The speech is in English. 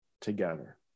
together